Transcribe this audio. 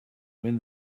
when